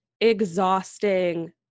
exhausting